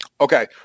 Okay